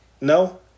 No